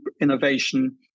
innovation